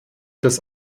dass